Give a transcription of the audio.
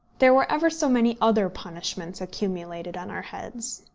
there were ever so many other punishments accumulated on our heads.